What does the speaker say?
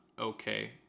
okay